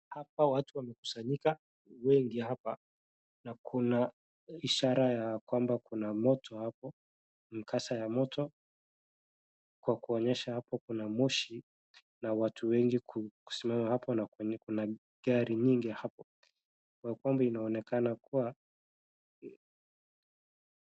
Hapa watu wamekusanyika wengi hapa, na kuna ishara ya kwamba kuna moto hapo, mkasa ya moto, kwa kuonyesha hapo kuna moshi na watu wengi kusimama hapo na kwenye kuna gari nyingi hapo ya kwamba inaonekana kuwa.